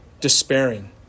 despairing